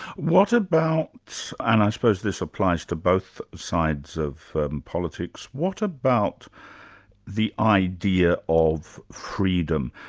what about and i suppose this applies to both sides of politics what about the idea of freedom?